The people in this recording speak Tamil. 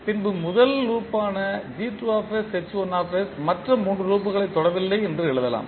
பின்பு முதல் லூப் ஆன மற்ற 3 லூப்களைத் தொடவில்லை என்று எழுதலாம்